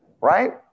right